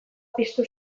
piztu